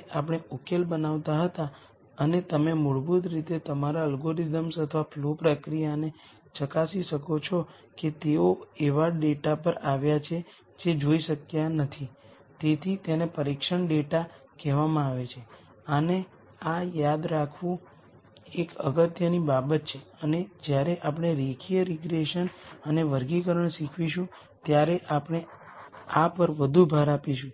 આપણે આ વ્યાખ્યાનમાં વર્ણવ્યા છે